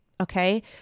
okay